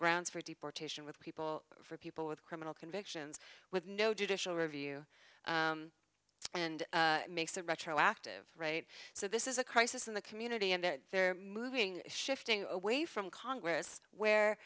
grounds for deportation with people for people with criminal convictions with no judicial review and makes it retroactive right so this is a crisis in the community and they're moving shifting away from congress where